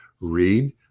read